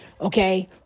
Okay